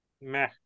meh